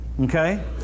Okay